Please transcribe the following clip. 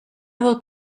will